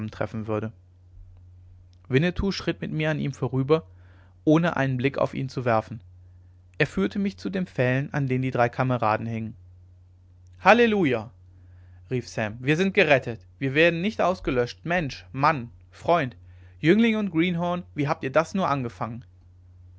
zusammentreffen würde winnetou schritt mit mir an ihm vorüber ohne einen blick auf ihn zu werfen er führte mich zu den pfählen an denen die drei kameraden hingen halleluja rief sam wir sind gerettet wir werden nicht ausgelöscht mensch mann freund jüngling und greenhorn wie habt ihr das nur angefangen